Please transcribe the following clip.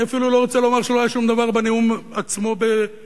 אני אפילו לא רוצה לומר שלא היה שום דבר בנאום עצמו בקונגרס.